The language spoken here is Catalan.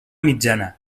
mitjana